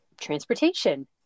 transportation